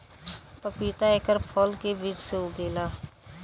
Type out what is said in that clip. पपीता एकर फल के बीज से उगेला